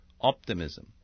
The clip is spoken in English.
optimism